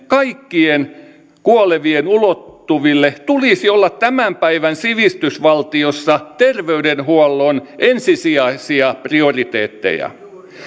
kaikkien kuolevien ulottuville tulisi olla tämän päivän sivistysvaltiossa terveydenhuollon ensisijaisia prioriteetteja